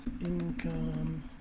income